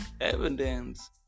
evidence